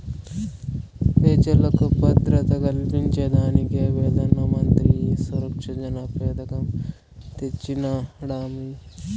పెజలకు భద్రత కల్పించేదానికే పెదానమంత్రి ఈ సురక్ష జన పెదకం తెచ్చినాడమ్మీ